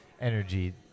energy